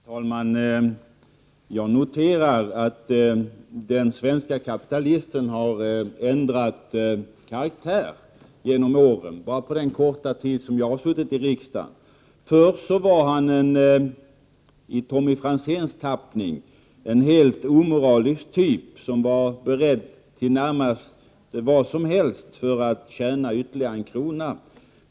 Herr talman! Jag noterar att den svenske kapitalisten har ändrat karaktär genom åren bara på den korta tid jag har suttit i riksdagen. Förr var han, i Tommy Franzéns tappning, en helt omoralisk typ som var beredd till närmast vad som helst för att tjäna ytterligare en krona.